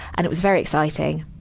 and it was very exciting.